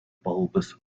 bulbous